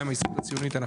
גם עם ההסתדרות הציונית,